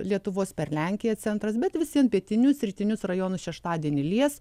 lietuvos per lenkiją centras bet visiems pietinius rytinius rajonus šeštadienį lies